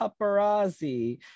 Paparazzi